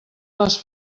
les